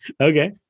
Okay